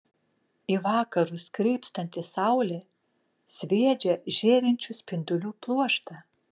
į vakarus krypstanti saulė sviedžia žėrinčių spindulių pluoštą